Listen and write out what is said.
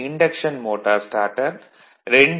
induction motor starter 2